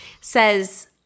says